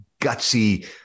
gutsy